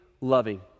loving